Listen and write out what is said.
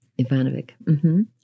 Ivanovic